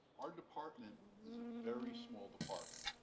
our department is a very small department.